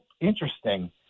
interesting